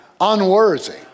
unworthy